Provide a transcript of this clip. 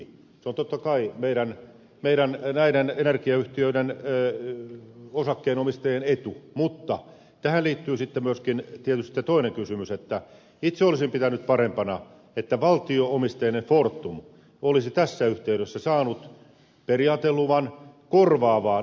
se on totta kai meidän näiden energiayhtiöiden osakkeenomistajien etu mutta tähän liittyy sitten myöskin tietysti se toinen kysymys että itse olisin pitänyt parempana että valtio omisteinen fortum olisi tässä yhteydessä saanut periaateluvan korvaavaan investointiin